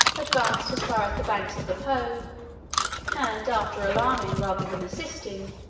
advanced as far as the banks of the po and after alarming, rather than assisting,